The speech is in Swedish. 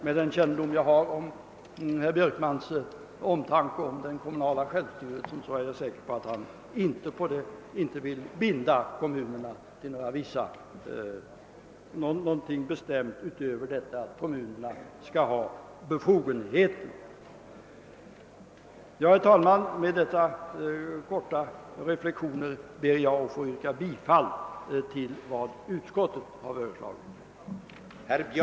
Med den kännedom jag har om herr Björkmans omtanke om den kommunala självstyrelsen är jag säker på att han inte vill binda kommunerna för någonting : bestämt utan att de endast skall ha vissa befogenheter. Med detta korta anförande, herr talman, ber jag att få yrka bifall till vad utskottet föreslagit.